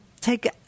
take